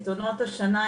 את עונות השנה,